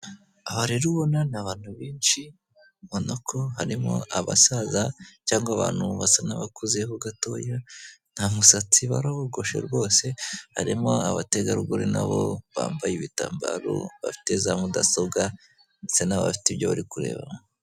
Aba rero ubona ni abantu benshi ubonako harimo abasaza cyangwa abantu basa n'abakuzeho gatoya, nta musatsi barawogoshe rwose, harimo abategarugori na bo bambaye ibitambaro bafite za mudasobwa ndetse na bo bafite ibyo bari kurebamo.